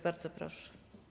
Bardzo proszę.